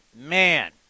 man